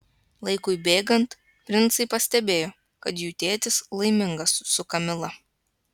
laikui bėgant princai pastebėjo kad jų tėtis laimingas su kamila